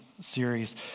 series